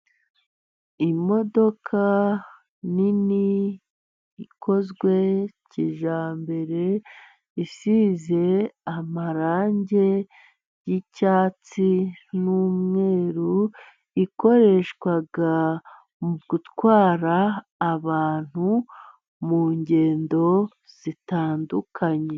Imodoka nini ikozwe kijyambere, isize amarangi y'icyatsi n'umweru, ikoreshwa mu gutwara abantu mu ngendo zitandukanye.